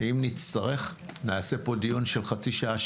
אם נצטרך נעשה פה דיון של חצי שעה,